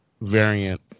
variant